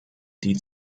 die